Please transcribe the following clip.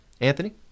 Anthony